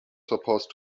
supposed